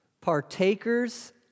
Partakers